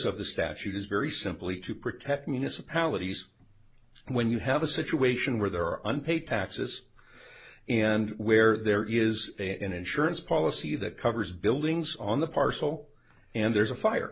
of the statute is very simply to protect municipalities when you have a situation where there are unpaid taxes and where there is a an insurance policy that covers buildings on the parcel and there's a fire